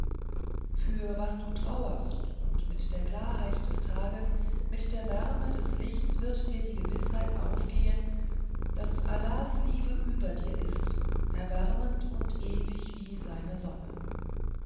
für was du trauerst und mit der klarheit des tages mit der wärme des lichtes wird dir die gewißheit aufgehen daß allahs liebe über dir ist erwärmend und ewig wie seine sonne